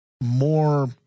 more